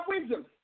wisdom